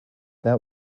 that